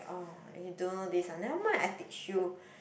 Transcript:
orh you don't know this ah never mind I teach you